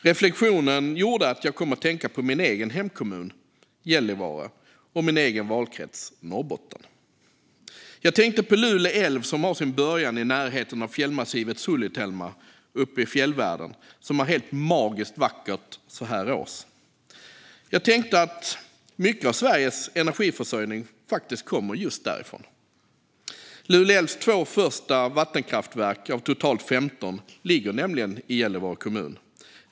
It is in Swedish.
Reflektionen gjorde att jag kom att tänka på min egen hemkommun Gällivare och min egen valkrets Norrbotten. Jag tänkte på Lule älv som har sin början i närheten av fjällmassivet Sulitelma uppe i fjällvärlden, som är helt magiskt vackert så här års. Jag tänkte att mycket av Sveriges energiförsörjning faktiskt kommer just därifrån. Lule älvs två första vattenkraftverk av totalt femton ligger nämligen i Gällivare kommun.